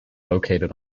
located